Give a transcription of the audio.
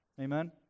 Amen